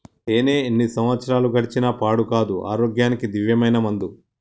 తేనే ఎన్ని సంవత్సరాలు గడిచిన పాడు కాదు, ఆరోగ్యానికి దివ్యమైన మందు